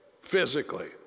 physically